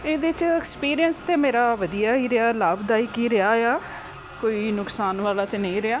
ਇਹਦੇ 'ਚ ਐਕਸਪੀਰੀਅੰਸ ਤਾਂ ਮੇਰਾ ਵਧੀਆ ਹੀ ਲਾਭਦਾਇਕ ਹੀ ਰਿਹਾ ਆ ਕੋਈ ਨੁਕਸਾਨ ਵਾਲਾ ਤਾਂ ਨਹੀਂ ਰਿਹਾ